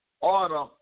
order